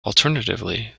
alternatively